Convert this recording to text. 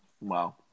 Wow